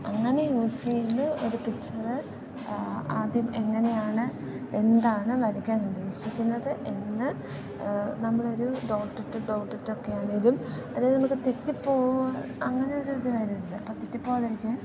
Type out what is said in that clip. അങ്ങനെ യൂസ് ചെയ്ത് ഒരു പിക്ചറ് ആദ്യം എങ്ങനെയാണ് എന്താണ് വരയ്ക്കാനുദ്ദേശിക്കുന്നത് എന്ന് നമ്മളൊരു ഡോട്ട് ഇട്ട് ഡോട്ട് ഇട്ടൊക്കെ ആണെങ്കിലും അത് നമുക്ക് തെറ്റിപ്പോകുവാ അങ്ങനെയൊരിത് വരരുത് തെറ്റിപ്പോകാതിരിക്കാൻ